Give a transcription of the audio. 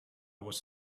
was